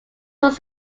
was